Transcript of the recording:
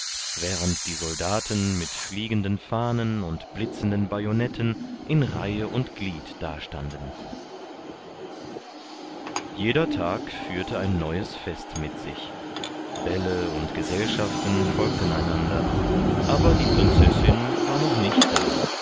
während die soldaten mit fliegenden fahnen und blitzenden bajonetten in reihe und glied dastanden jeder tag führte ein neues fest mit sich bälle und gesellschaften folgten einander aber die prinzessin war noch nicht da